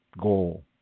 goal